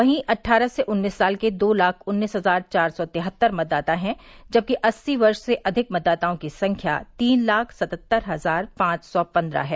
वहीं अट्ठारह से उन्नीस साल के दो लाख उन्नीस हजार चार सौ तिहत्तर मतदाता है जबकि अस्सी वर्ष से अधिक मतदाताओं की संख्या तीन लाख सतहत्तर हजार पांच सौ पन्द्रह है